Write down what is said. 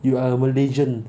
you are a malaysian